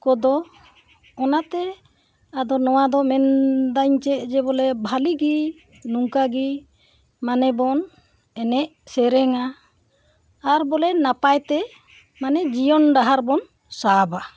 ᱠᱚᱫᱚ ᱚᱱᱟᱛᱮ ᱟᱫᱚ ᱱᱚᱣᱟ ᱫᱚ ᱢᱮᱱᱫᱟᱹᱧ ᱪᱮᱫ ᱡᱮ ᱵᱚᱞᱮ ᱵᱷᱟᱞᱮᱜᱮ ᱱᱚᱝᱠᱟᱼᱜᱮ ᱢᱟᱱᱮ ᱵᱚᱱ ᱮᱱᱮᱡ ᱥᱮᱨᱮᱧᱟ ᱟᱨ ᱵᱚᱞᱮ ᱱᱟᱯᱟᱭᱛᱮ ᱢᱟᱱᱮ ᱡᱤᱭᱚᱱ ᱰᱟᱦᱟᱨ ᱵᱚᱱ ᱥᱟᱵᱟ